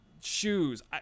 shoes